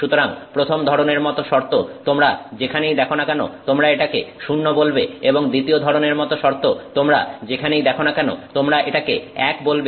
সুতরাং প্রথম ধরনের মতো শর্ত তোমরা যেখানেই দেখো না কেন তোমরা এটাকে 0 বলবে এবং দ্বিতীয় ধরনের মতো শর্ত তোমরা যেখানেই দেখো না কেন তোমরা এটাকে 1 বলবে